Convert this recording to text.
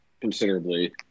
considerably